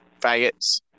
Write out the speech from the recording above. faggots